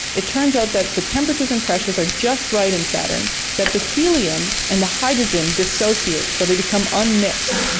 it turns out that the temperatures and pressures are just right in saturn that the helium and the hydrogen dissociate, so they become unmixed,